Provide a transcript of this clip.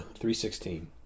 .316